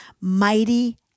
mighty